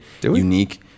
unique